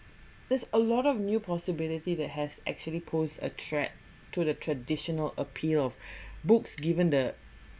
there's a lot of new possibility that has actually pose a threat to the traditional appeal of books given the